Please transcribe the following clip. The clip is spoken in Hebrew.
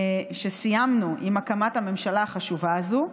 שסיימנו עם הקמת הממשלה החשובה הזו,